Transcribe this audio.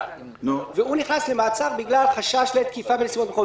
והוא נכנס למעצר בגלל חשש לתקיפה בנסיבות מחמירות,